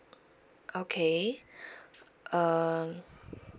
okay um